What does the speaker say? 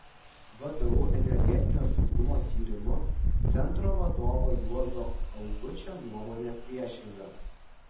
vdu energetinio saugumo tyrimų centro vadovo juozo augučio nuomonė priešinga